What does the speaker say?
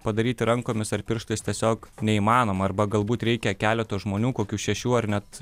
padaryti rankomis ar pirštais tiesiog neįmanoma arba galbūt reikia keleto žmonių kokių šešių ar net